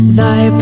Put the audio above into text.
thy